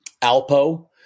Alpo